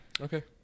Okay